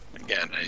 again